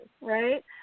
right